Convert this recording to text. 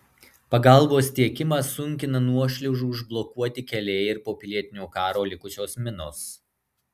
pagalbos tiekimą sunkina nuošliaužų užblokuoti keliai ir po pilietinio karo likusios minos